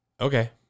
Okay